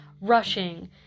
rushing